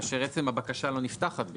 כאשר עצם הבקשה לא נפתחת בכלל.